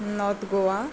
north Goa